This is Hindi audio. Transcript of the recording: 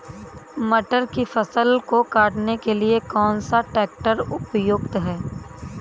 मटर की फसल को काटने के लिए कौन सा ट्रैक्टर उपयुक्त है?